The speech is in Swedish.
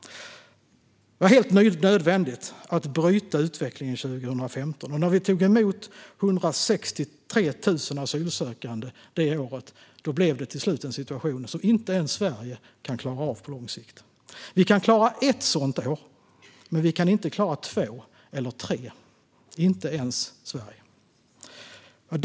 Det var helt nödvändigt att bryta utvecklingen 2015. Och när vi tog emot 163 000 asylsökande det året blev det till slut en situation som inte ens Sverige kan klara av på lång sikt. Vi kan klara ett sådant år, men vi kan inte klara två eller tre - inte ens Sverige.